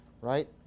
right